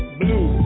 blue